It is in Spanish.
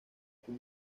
con